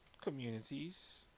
communities